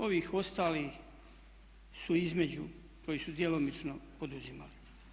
Ovih ostali su između koji su djelomično poduzimali.